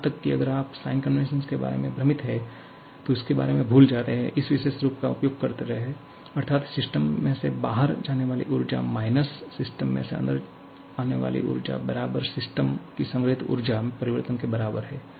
यहां तक कि अगर आप साइन कन्वेंशन के बारे में भ्रमित हैं तो इसके बारे में भूल जाते हैं इस विशेष रूप का उपयोग करते रहें अर्थात् सिस्टम में से बाहर जाने वाली ऊर्जा माइनस सिस्टम में अंदर आने वाली ऊर्जा बराबर सिस्टम की संग्रहीत ऊर्जा में परिवर्तन के बराबर है